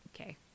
Okay